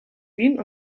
wien